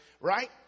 right